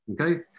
Okay